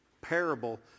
parable